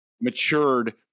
matured